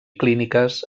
clíniques